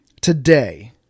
today